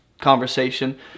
conversation